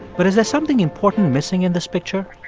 but is there something important missing in this picture?